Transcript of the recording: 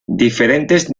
diferentes